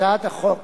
הצעת החוק